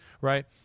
right